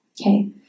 Okay